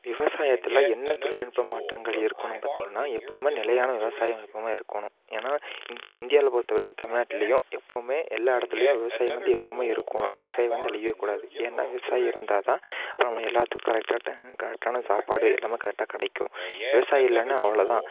விவசாயத்தில் என்ன தொழில்நுட்ப மாற்றங்கள் இருக்குதுன்னு பார்த்தீங்கனா எப்போதுமே நிலையான விவசாயம் எப்போதுமே இருக்கணும் ஏன்னால் இந் இந்தியாவில் பொறுத்தவரைக்கும் தமிழ்நாட்டுலையும் எப்பவுமே எல்லா இடத்துலையும் விவசாயம் வந்து எப்போதுமே இருக்கணும் விவசாயி வந்து அழியவேக்கூடாது ஏன்னால் விவசாயி இருந்தால்தான் இப்போ நம்ம எல்லாத்துக்கும் கரெட்டான கரெட்டான சாப்பாடு எல்லாமே கரெட்டாக கிடைக்கும் விவசாயி இல்லைன்னா அவ்வளோதான்